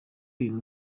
uyu